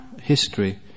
history